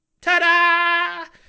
Ta-da